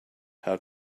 how